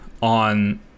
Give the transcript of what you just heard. on